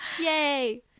Yay